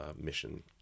mission